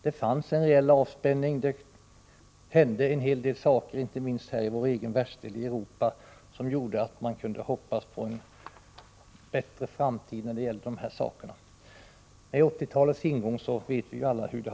Det hände en hel del när det gäller reell avspänning, inte minst här i Europa, som gjorde att man kunde hoppas på en bättre framtid. Vi vet alla hur det sedan blev i och med ingången av 1980-talet.